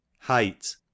Height